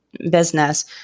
Business